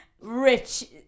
rich